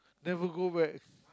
never go back